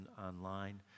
online